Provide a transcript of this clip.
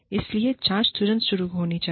इसलिए जांच तुरंत शुरू होनी चाहिए